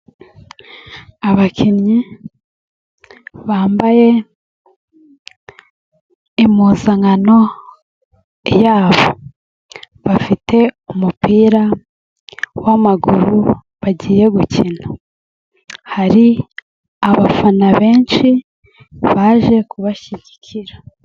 Abakinnyi bambaye impuzankano yabo, bafite umupira w'amaguru bagiye gukina, hari abafana benshi baje kubashyigikira.